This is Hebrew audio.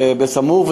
בסמוך,